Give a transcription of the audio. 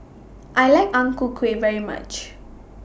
I like Ang Ku Kueh very much